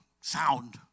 sound